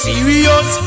Serious